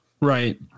right